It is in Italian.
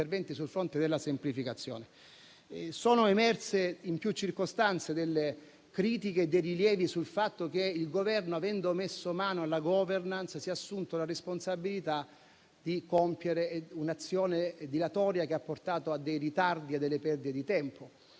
interventi sul fronte della semplificazione. Sono emersi in più circostanze critiche e rilievi sul fatto che il Governo, avendo messo mano alla *governance*, si è assunto la responsabilità di compiere un'azione dilatoria che ha portato a ritardi e perdite di tempo.